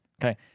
Okay